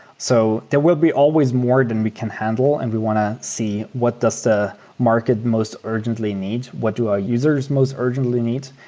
so there will be always more than we can handle and we want to see what does a market most urgently need. what do our users most urgently need,